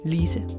Lise